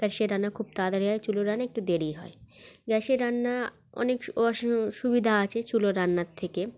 আর সে রান্না খুব তাড়াতাড়ি হয় চুলোর রান্না একটু দেরি হয় গ্যাসের রান্না অনেক সুবিধা আছে চুলোর রান্নার থেকে